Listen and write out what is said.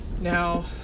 Now